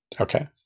Okay